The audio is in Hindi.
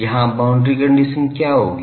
यहां बाउंड्री कंडीशन क्या होगी